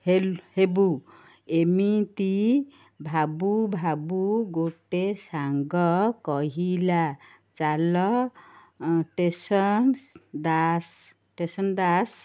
ହେଲ ହେବୁ ଏମିତି ଭାବୁ ଭାବୁ ଗୋଟେ ସାଙ୍ଗ କହିଲା ଚାଲ ଷ୍ଟେସନ୍ ଦାସ୍ ଷ୍ଟେସନ ଦାସ୍